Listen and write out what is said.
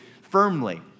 firmly